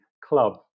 club